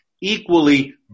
equally